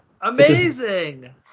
Amazing